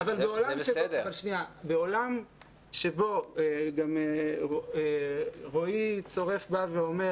בעולם שבו רועי צורף בא ואומר